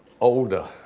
older